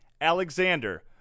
Alexander